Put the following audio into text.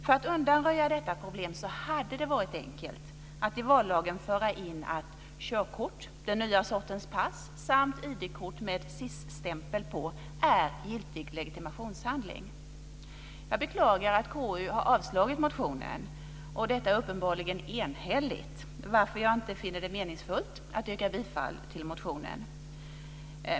För att undanröja detta problem hade det varit enkelt att i vallagen föra in att körkort, den nya sortens pass samt ID-kort med SIS-stämpel på är en giltig legitimationshandling. Jag beklagar att KU avstyrkt motionen, och detta uppenbarligen enhälligt, varför jag inte finner det meningsfullt att yrka bifall till motionen.